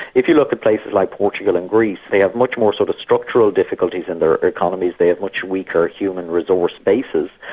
if you look at places like portugal and greece, they have much more sort of structural difficulties in their economies, they have much weaker human resource bases.